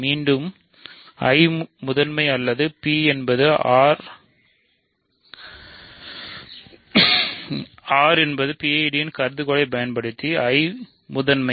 மீண்டும் I முதன்மை அல்லது P என்பது R என்பது PID என்ற கருதுகோள்களைப் பயன்படுத்தி I முதன்மை